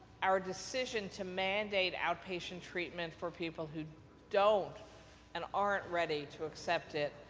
our decision to mandate outpatient treatment for people who don't and aren't ready to accept it,